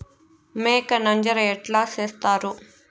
మేక నంజర ఎట్లా సేస్తారు?